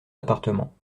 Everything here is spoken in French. appartements